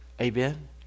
Amen